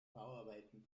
bauarbeiten